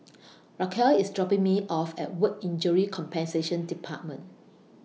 Racquel IS dropping Me off At Work Injury Compensation department